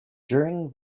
during